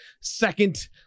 second